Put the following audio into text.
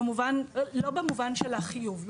במובן, לא במובן של החיוב.